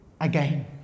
Again